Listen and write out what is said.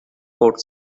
court